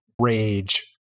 Rage